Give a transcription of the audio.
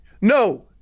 No